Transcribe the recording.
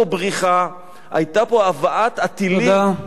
היתה פה בריחה, היתה פה הבאת הטילים, תודה.